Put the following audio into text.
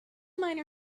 miner